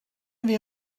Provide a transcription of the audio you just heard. iddi